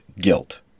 guilt